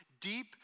Deep